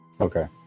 Okay